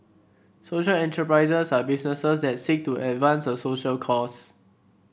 social enterprises are businesses that seek to advance a social cause